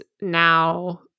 now